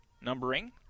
numbering